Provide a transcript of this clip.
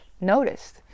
noticed